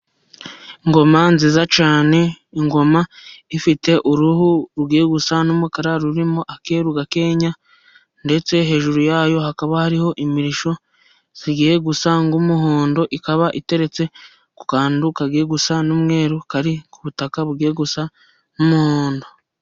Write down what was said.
Ingoma nziza cyane, ingoma ifite uruhu rugiye gusa n'umukara rurimo akeru gake. Ndetse hejuru yayo hakaba hariho imirishyo igiye gusa umuhondo, ikaba iteretse ku kantu kagiye gusa n'umweru, kari ku butaka bugiye gusa n'umuhondo.